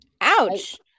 Ouch